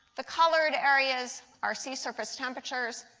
the colored areas are sea surface temperatures.